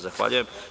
Zahvaljujem.